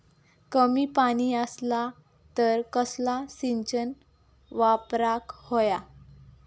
कमी पाणी असला तर कसला सिंचन वापराक होया?